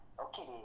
Okay